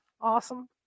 awesome